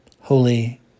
holy